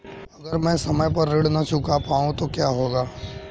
अगर म ैं समय पर ऋण न चुका पाउँ तो क्या होगा?